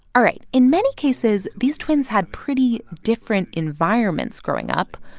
all right, in many cases, these twins had pretty different environments growing up.